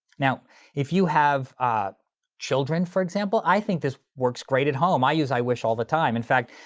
now if you have children for example, i think this works great at home. i use i wish all the time, in fact,